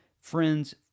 friends